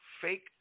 fake